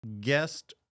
guest